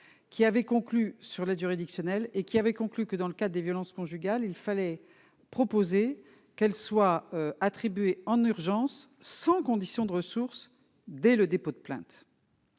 qui avait conclu sur l'aide juridictionnelle, et qui avait conclu que dans le cas des violences conjugales, il fallait proposer qu'elle soit attribuée en urgence, sans conditions de ressources dès le dépôt de plainte